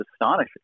astonishing